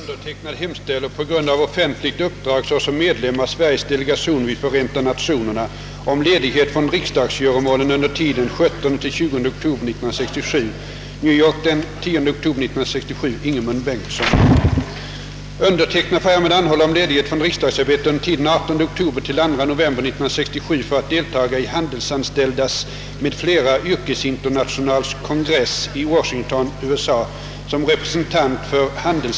Herr talman! Undersökning av den misstänktes sinnesbekaffenhet — rättspsykiatrisk undersökning — är ett viktigt led i personutredningen i ett stort antal brottmål. I den nya lag i frågan som trädde i kraft den 1 januari i år framhålles, liksom i den förut gällande sinnessjuklagen, vikten av att undersökningen utföres med största möjliga skyndsamhet. Enligt 48 skall utlåtande avges inom sex veckor från det beslutet om undersökningen inkom till den klinik eller station till vilken undersökningen hör. Medicinalstyrelsen äger medge anstånd i särskilt fall. Sedan mycket lång tid tillbaka har inom det rättspsykiatriska undersökningsväsendet förekommit långvariga dröjsmål med avgivandet av utlåtanden.